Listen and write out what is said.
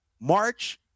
March